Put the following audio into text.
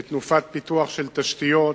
בתנופת פיתוח של תשתיות,